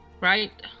right